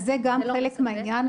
זה גם חלק מהעניין.